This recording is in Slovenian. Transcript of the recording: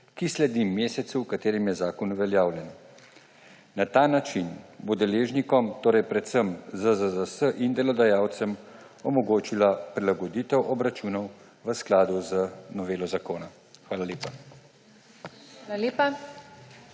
ki sledi mesecu, v katerem je zakon uveljavljen. Na ta način bo deležnikom, torej predvsem ZZZS in delodajalcem, omogočila prilagoditev obračunov v skladu z novelo zakona. Hvala lepa.